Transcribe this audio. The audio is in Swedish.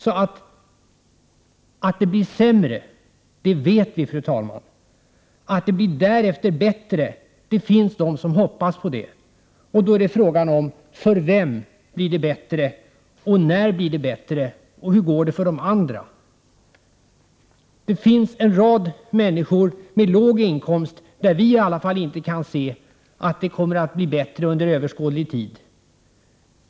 Fru talman! Att det blir sämre, det vet vi. Att det därefter blir bättre finns det de som hoppas på. Då är det frågan om för vem det blir bättre, när det blir bättre och hur det går för de andra. Det finns en rad människor med låga inkomster som vi i alla fall inte kan se att det kommer att bli bättre för under överskådlig tid.